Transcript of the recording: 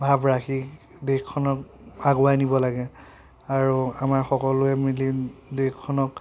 ভাব ৰাখি দেশখনক আগুৱাই নিব লাগে আৰু আমাৰ সকলোৱে মিলি দেশখনক